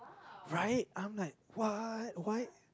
right I'm like what why